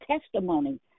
testimony